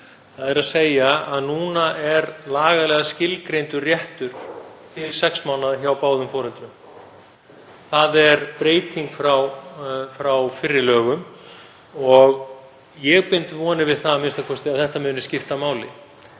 lögum, þ.e. að núna er lagalega skilgreindur réttur til sex mánaða hjá báðum foreldrum. Það er breyting frá fyrri lögum og ég bind vonir við það a.m.k. að þetta muni skipta máli.